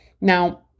Now